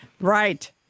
right